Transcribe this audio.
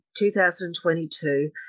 2022